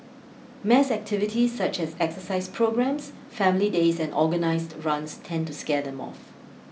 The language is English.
mass activities such as exercise programmes family days and organised runs tend to scare them off